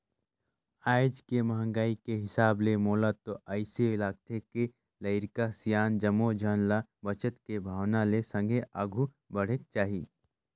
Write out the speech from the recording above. आज के महंगाई के हिसाब ले मोला तो अइसे लागथे के लरिका, सियान जम्मो झन ल बचत के भावना ले संघे आघु बढ़ेक चाही